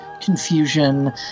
confusion